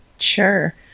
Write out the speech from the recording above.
Sure